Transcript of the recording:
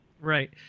Right